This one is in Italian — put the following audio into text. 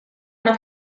una